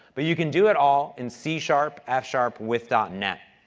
but you can do it all in c-sharp, and f-sharp with. um net.